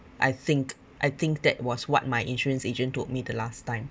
I think I think that was what my insurance agent to me the last time